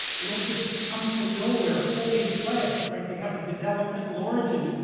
they don't just come from nowhere fully fledged, right? they have a developmental origin,